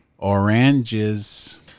Oranges